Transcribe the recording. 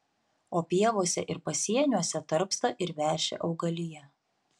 o pievose ir pasieniuose tarpsta ir veši augalija